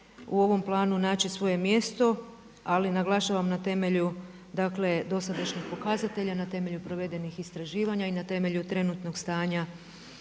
u ovom planu naći svoje mjesto, ali naglašavam na temelju dosadašnjih pokazatelja, na temelju provedenih istraživanja i na temelju trenutnog stanja